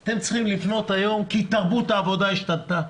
כי תרבות העבודה השתנתה.